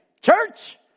Church